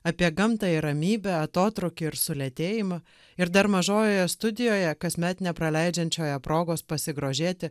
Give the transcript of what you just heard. apie gamtą ir ramybę atotrūkį ir sulėtėjimą ir dar mažojoje studijoje kasmet nepraleidžiančioje progos pasigrožėti